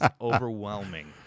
overwhelming